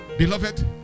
Beloved